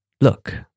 Look